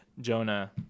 jonah